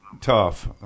tough